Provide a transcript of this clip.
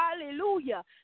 hallelujah